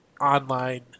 online